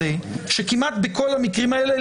שכמעט בכל המקרים האלה,